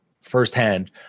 firsthand